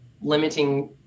limiting